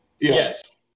Yes